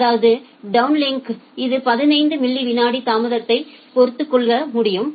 அதாவது டவுன்லிங்கில் இது 15 மில்லி விநாடி தாமதத்தை பொறுத்துக்கொள்ள முடியும்